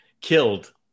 Killed